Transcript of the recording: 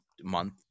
month